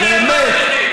מישהו היה בדיון?